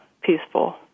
peaceful